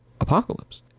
apocalypse